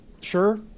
sure